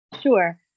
Sure